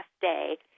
day